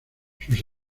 sus